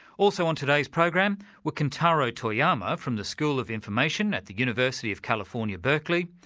also on today's program were kentaro toyama, from the school of information at the university of california, berkeley,